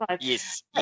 yes